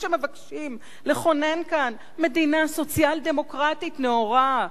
שמבקשים לכונן כאן מדינה סוציאל-דמוקרטית נאורה,